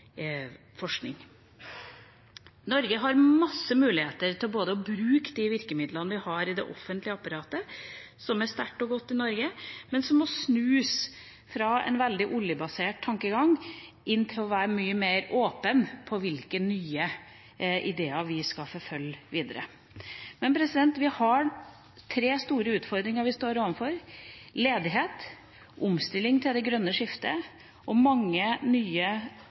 forskning. Norge har masse muligheter til å bruke de virkemidlene vi har i det offentlige apparatet, som er sterkt og godt i Norge, men som må snus fra en veldig oljebasert tankegang til å bli mye mer åpent med hensyn til hvilke nye ideer vi skal forfølge videre. Vi har tre store utfordringer vi står overfor: ledighet, omstilling til det grønne skiftet og mange nye